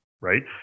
Right